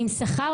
עם שכר,